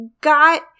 got